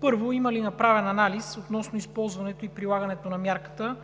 Първо, има ли направен анализ относно използването и прилагането на мярката